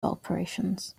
operations